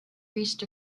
reached